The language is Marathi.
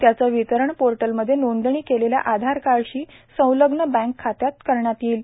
त्याचे वितरण पोर्टलमध्ये नोंदणी केलेल्या आधार कार्डशी संलग्न बँक खात्यात केले जाईल